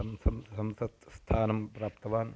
सं संसत् स्थानं प्राप्तवान्